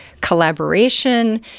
collaboration